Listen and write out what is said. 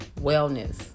wellness